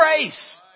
grace